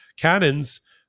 Cannon's